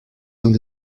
will